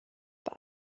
bei